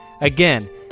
Again